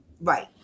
Right